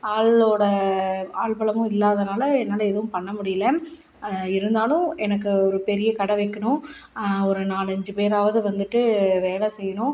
ஆளோடய ஆள் பலமும் இல்லாததுனால என்னால் எதுவும் பண்ண முடியலை இருந்தாலும் எனக்கு ஒரு பெரிய கடை வைக்கணும் ஒரு நாலஞ்சு பேராவது வந்துட்டு வேலை செய்யணும்